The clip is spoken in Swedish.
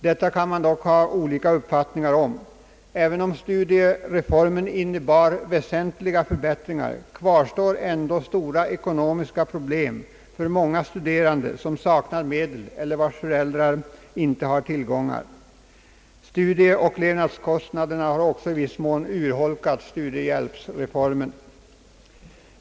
Detta kan man dock ha olika uppfattningar om. Även om studiereformen innebär väsentliga förbättringar, kvarstår ändå stora ekonomiska problem för många studerande som saknar medel eller vilkas föräldrar inte har tillgångar. Studieoch levnadskostnaderna har också i viss mån urholkat studiehjälpsreformen.